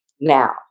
now